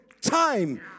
time